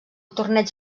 torneig